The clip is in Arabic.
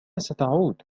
ستعود